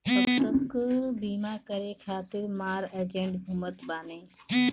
अब तअ बीमा करे खातिर मार एजेन्ट घूमत बाने